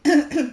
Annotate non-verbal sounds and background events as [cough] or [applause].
[coughs]